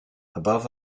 above